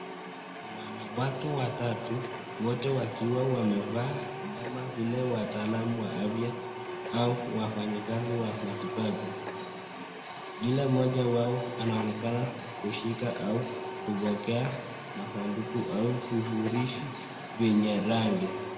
Wanawake watatu wote wakiwa wamevaa kama vile ,wataalam wa afya au wafanyikazi wa matibabu ,kila mmoja wao anaonekana kushika au kupokea masaduku au vifurishi vyenye rangi.